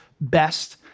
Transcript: best